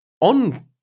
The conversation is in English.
on